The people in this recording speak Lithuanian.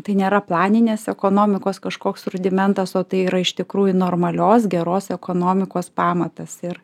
tai nėra planinės ekonomikos kažkoks rudimentas o tai yra iš tikrųjų normalios geros ekonomikos pamatas ir